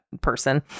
person